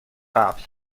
قبل